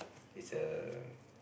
it's a